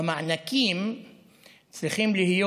והמענקים צריכים להיות,